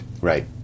right